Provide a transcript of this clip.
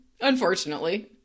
Unfortunately